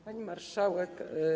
Pani Marszałek!